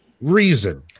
reason